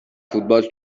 فوتبال